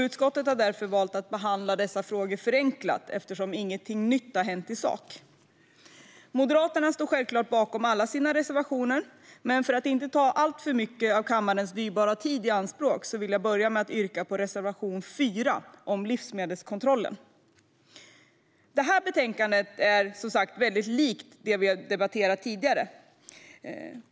Utskottet har därför valt att behandla dessa frågor förenklat eftersom inget nytt hänt i sak. Moderaterna står självklart bakom alla sina reservationer, men för att inte ta alltför mycket av kammarens dyrbara tid i anspråk vill jag yrka bifall endast till reservation 4 om livsmedelskontrollen. Detta betänkande är som sagt väldigt likt dem vi debatterat tidigare.